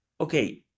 okay